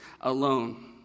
alone